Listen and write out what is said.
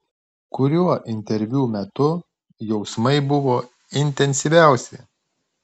kuriuo interviu metu jausmai buvo intensyviausi